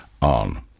on